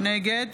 נגד